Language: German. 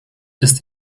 ist